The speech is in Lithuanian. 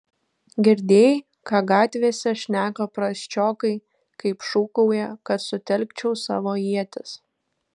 girdėjai ką gatvėse šneka prasčiokai kaip šūkauja kad sutelkčiau savo ietis